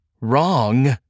wrong